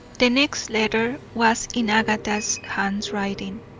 the next letter was in agatha's handwriting.